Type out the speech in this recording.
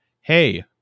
hey